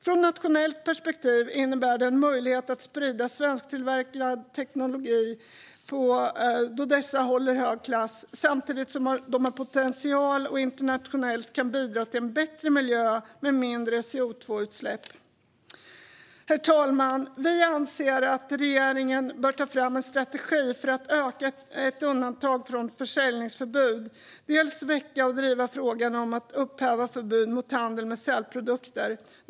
I ett nationellt perspektiv innebär det en möjlighet att sprida svenskutvecklade teknologier, då dessa håller hög klass samtidigt som de har potential att internationellt bidra till en bättre miljö med mindre CO2-utsläpp. Herr talman! Vi anser att regeringen bör ta fram en strategi för att dels öka ett undantag från försäljningsförbudet, dels väcka och driva frågan om att upphäva förbudet mot handel med sälprodukter.